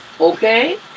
Okay